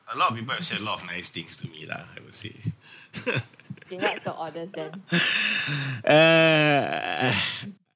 a lot of people has shared a lot of nice things to me lah I would say uh